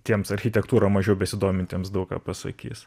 tiems architektūra mažiau besidomintiems daug ką pasakys